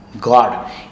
god